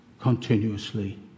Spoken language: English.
continuously